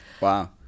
wow